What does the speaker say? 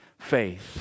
faith